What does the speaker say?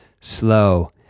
slow